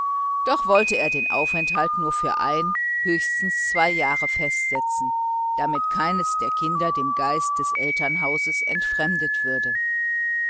doch wollte er den aufenthalt nur für ein oder höchstens zwei jahre festsetzen damit keines der kinder dem geist des elternhauses entfremdet würde